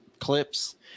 clips